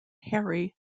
hairy